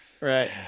Right